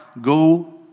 go